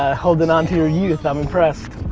ah holding on to your youth, i'm impressed.